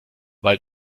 weil